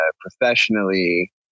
professionally